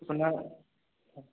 আপোনাৰ হয়